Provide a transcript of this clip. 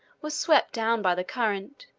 were swept down by the current,